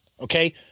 okay